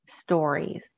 stories